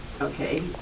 okay